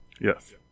Yes